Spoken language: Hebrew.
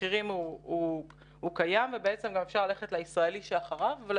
מחירים קיים ובעצם אפשר ללכת לישראלי שאחריו.